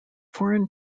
foreign